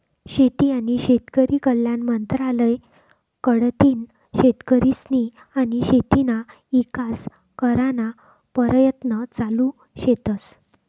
शेती आनी शेतकरी कल्याण मंत्रालय कडथीन शेतकरीस्नी आनी शेतीना ईकास कराना परयत्न चालू शेतस